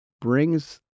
brings